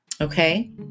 Okay